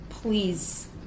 Please